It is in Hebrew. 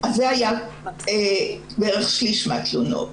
זה היה בערך שליש מהתלונות.